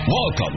Welcome